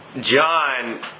John